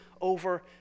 over